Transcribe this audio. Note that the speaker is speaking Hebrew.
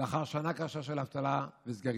לאחר שנה קשה של אבטלה וסגרים